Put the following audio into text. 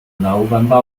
november